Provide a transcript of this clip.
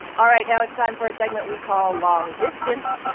all right. now it's time for a segment we call long distance